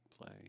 play